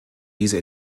diese